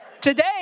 Today